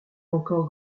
encore